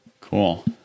Cool